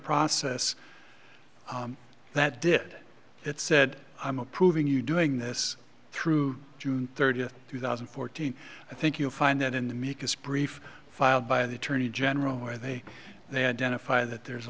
process that did it said i'm approving you doing this through june thirtieth two thousand and fourteen i think you'll find that in the meekest brief filed by the attorney general where they they identify that there's a